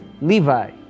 Levi